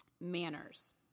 manners